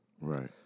Right